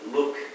look